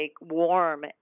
warm